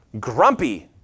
grumpy